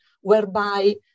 whereby